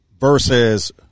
versus